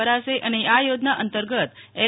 કરાશે અને આ યોજના અંતર્ગત એલ